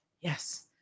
Yes